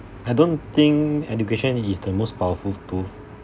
I don't think education is the most powerful tool